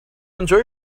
enjoy